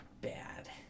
bad